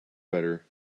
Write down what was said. better